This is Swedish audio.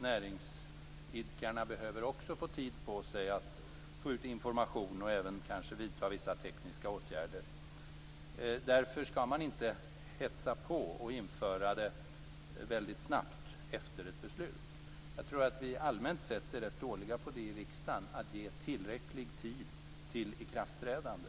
Näringsidkarna behöver också få tid på sig för att få ut information och även för att kanske vidta vissa tekniska åtgärder. Därför skall man inte hetsa på med ett införande väldigt snabbt efter ett beslut. Jag tror att vi här i riksdagen allmänt sett är rätt dåliga på att ge tillräcklig tid till ikraftträdande.